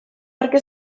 parke